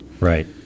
Right